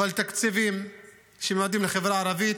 אבל תקציבים שמיועדים לחברה הערבית